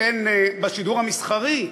בשידור המסחרי,